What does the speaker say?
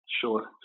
Sure